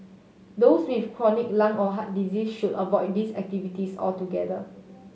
those with chronic lung or heart disease should avoid these activities altogether